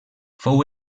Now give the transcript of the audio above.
fou